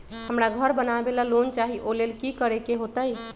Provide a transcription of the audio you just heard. हमरा घर बनाबे ला लोन चाहि ओ लेल की की करे के होतई?